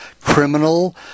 criminal